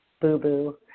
boo-boo